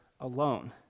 alone